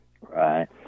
Right